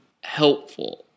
helpful